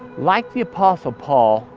like the apostle paul,